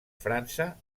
frança